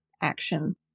action